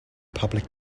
public